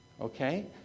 Okay